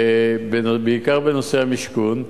בעיקר בנושא המשכון.